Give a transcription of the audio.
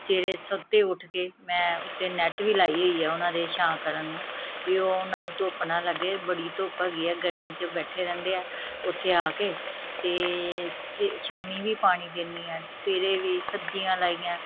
ਸਵੇਰੇ ਸੁਵਖਤੇ ਉੱਠ ਕੇ ਮੈਂ ਉੱਤੇ ਨੈੱਟ ਵੀ ਲਾਈ ਹੋਈ ਹੈ ਉਨ੍ਹਾਂ ਦੇ ਛਾਂ ਕਰਨ ਨੂੰ ਵੀ ਉਹ ਉਨ੍ਹਾਂ ਨੂੰ ਧੁੱਪ ਨਾ ਲੱਗੇ ਬੜੀ ਧੁੱਪ ਹੈਗੀ ਹੈ ਗਰਮੀ 'ਚ ਬੈਠੇ ਰਹਿੰਦੇ ਹੈ ਉੱਥੇ ਆ ਕੇ ਅਤੇ ਸਵੇ ਸ਼ਾਮੀ ਵੀ ਪਾਣੀ ਦਿੰਦੀ ਹਾਂ ਸਵੇਰੇ ਵੀ ਸਬਜ਼ੀਆਂ ਲਾਈਆਂ